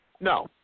No